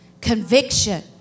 Conviction